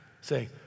Say